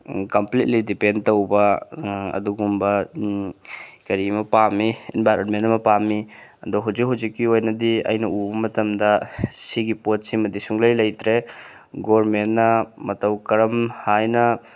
completely depend ꯇꯧꯕ ꯑꯗꯨꯒꯨꯝꯕ ꯀꯔꯤ ꯑꯃ ꯄꯥꯝꯃꯤ ꯏꯟꯚꯥꯏꯔꯟꯃꯦꯟ ꯑꯃ ꯄꯥꯝꯃꯤ ꯑꯗꯣ ꯍꯧꯖꯤꯛ ꯍꯧꯖꯤꯛꯀꯤ ꯑꯣꯏꯅꯗꯤ ꯑꯩꯅ ꯎꯕ ꯃꯇꯝꯗ ꯁꯤꯒꯤ ꯄꯣꯠꯁꯤꯃꯗꯤ ꯁꯨꯛꯂꯩ ꯂꯩꯇ꯭ꯔꯦ ꯒꯣꯚꯔꯟꯃꯦꯟꯠꯅ ꯃꯇꯧ ꯀꯔꯝ ꯍꯥꯏꯅ